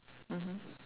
mmhmm